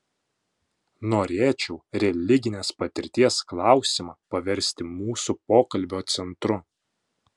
norėčiau religinės patirties klausimą paversti mūsų pokalbio centru